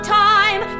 time